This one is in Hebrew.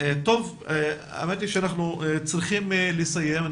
האמת היא שאנחנו צריכים לסיים.